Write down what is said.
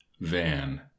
Van